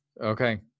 Okay